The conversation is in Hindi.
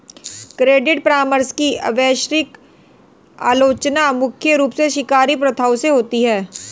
क्रेडिट परामर्श की वैश्विक आलोचना मुख्य रूप से शिकारी प्रथाओं से होती है